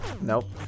Nope